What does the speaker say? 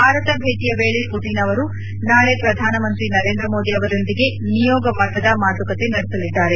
ಭಾರತ ಭೇಟಿಯ ವೇಳೆ ಪುಟಿನ್ ಅವರು ನಾಳೆ ಪ್ರಧಾನಮಂತ್ರಿ ನರೇಂದ್ರ ಮೋದಿ ಅವರೊಂದಿಗೆ ನಿಯೋಗ ಮಟ್ಟದ ಮಾತುಕತೆ ನಡೆಸಲಿದ್ದಾರೆ